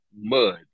mud